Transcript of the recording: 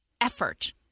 effort